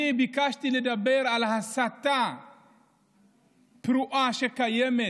אני ביקשתי לדבר על הסתה פרועה שקיימת,